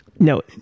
No